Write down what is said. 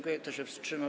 Kto się wstrzymał?